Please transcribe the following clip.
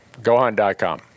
Gohan.com